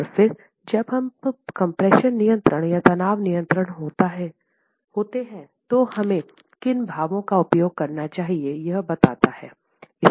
और फिर जब हम कम्प्रेशन नियंत्रित या तनाव नियंत्रित होते हैं तो हमें किन भावों का उपयोग करना चाहिए यह बताता है